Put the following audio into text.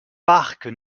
parc